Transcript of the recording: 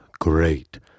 great